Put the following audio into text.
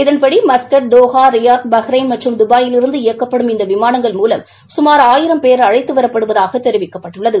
இதன்படி Muscat Doha Riyadh Bahrain மற்றும் துபாயிலிருந்து இயக்கப்படும் இந்த விமானங்கள் மூலம் சுமார் ஆயிரம் பேர் அழைத்து வரப்டுவதாக தெிவிக்கப்பட்டுள்ளது